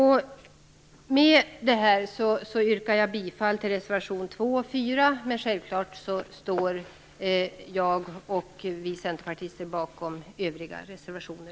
Med det här yrkar jag bifall till reservationerna 2 och 4. Självklart står vi centerpartister även bakom övriga reservationer.